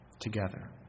together